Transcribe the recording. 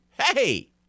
hey